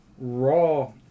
Raw